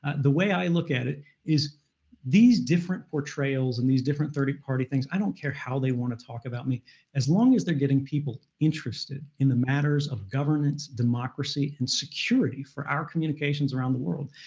the way i look at it is these different portrayals in these different third party things, i don't care how they want to talk about me as long as they're getting people interested in the matters of governance, democracy, and security for our communications around the world.